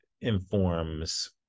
informs